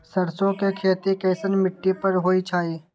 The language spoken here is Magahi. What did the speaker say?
सरसों के खेती कैसन मिट्टी पर होई छाई?